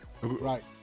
Right